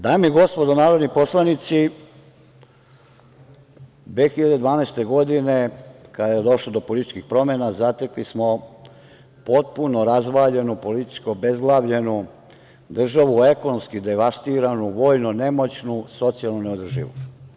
Dame i gospodo narodni poslanici, 2012. godine, kada je došlo do političkih promena, zatekli smo potpuno razvaljenu, politički oobezglavljenu državu, ekonomski devastiranu, vojno nemoćnu, socijalno neodrživu.